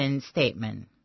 Statement